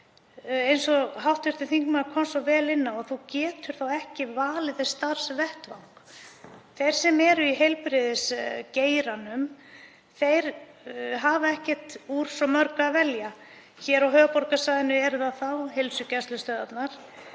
eins og hv. þingmaður kom svo vel inn á þá geta þeir ekki valið sér starfsvettvang. Þeir sem eru í heilbrigðisgeiranum hafa ekki úr svo mörgu að velja. Hér á höfuðborgarsvæðinu eru það heilsugæslustöðvarnar